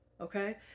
okay